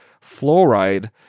fluoride